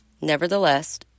Nevertheless